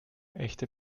echte